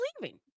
leaving